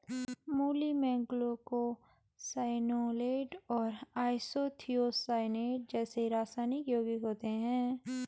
मूली में ग्लूकोसाइनोलेट और आइसोथियोसाइनेट जैसे रासायनिक यौगिक होते है